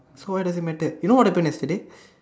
so why does it matter you know what happen yesterday